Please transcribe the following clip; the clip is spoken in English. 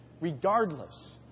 Regardless